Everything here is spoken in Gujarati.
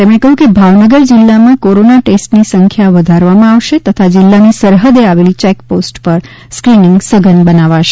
તેમણે કહ્યું કે ભાવનગર જિલ્લામાં કોરોના ટેસ્ટની સંખ્યા વધારવામાં આવશે તથા જિલ્લાની સરહદે આવેલી ચેકપોસ્ટ પર સ્ક્રિનિંગ સઘન બનાવાશે